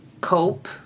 cope